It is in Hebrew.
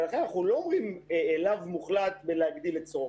ולכן אנחנו לא אומרים לאו מוחלט להגדלת סורוקה.